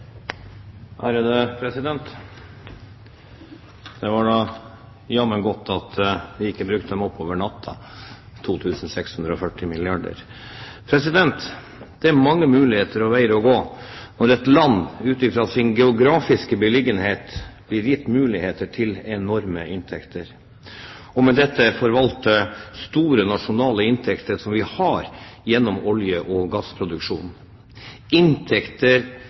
jammen godt at vi ikke brukte dem opp over natta – 2 640 milliarder kr! Det er mange muligheter og veier å gå når et land ut fra sin geografiske beliggenhet blir gitt muligheter til enorme inntekter og med dette forvalte store nasjonale inntekter som vi har gjennom olje- og gassproduksjon, inntekter